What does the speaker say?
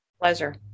Pleasure